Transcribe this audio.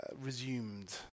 resumed